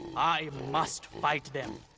i must fight them.